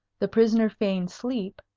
the prisoner feigned sleep,